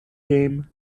game